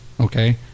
Okay